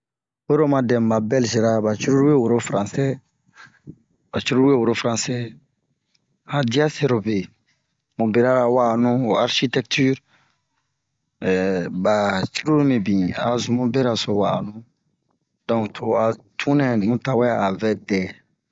Oyi ro oma dɛmu ba bɛlzira ba cururu we woro fransɛ ba cururu we woro fransɛ han dia sɛrobe mu berara wa'anu ho arshitɛktir ba cururu mibin a zun mu beraso wa'anu don to ho a tunɛ nu tawɛ a vɛ dɛ